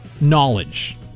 knowledge